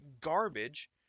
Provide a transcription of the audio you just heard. garbage